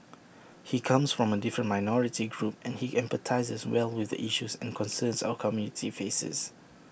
he comes from A different minority group and he empathises well with the issues and concerns our community faces